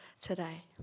today